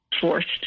forced